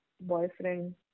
boyfriend